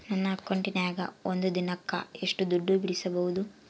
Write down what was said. ನನ್ನ ಅಕೌಂಟಿನ್ಯಾಗ ಒಂದು ದಿನಕ್ಕ ಎಷ್ಟು ದುಡ್ಡು ಬಿಡಿಸಬಹುದು?